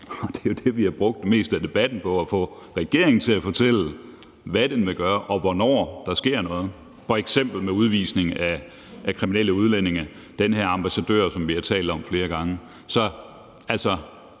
sagen er jo, at vi har brugt det meste af debatten på at få regeringen til at fortælle, hvad den vil gøre, og hvornår der sker noget, f.eks. med udvisning af kriminelle udlændinge – den her ambassadør, som vi har talt om flere gange. Så det